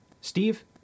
Steve